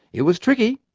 it was tricky.